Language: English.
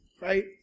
right